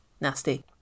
nasty